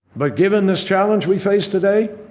but given this challenge we face today?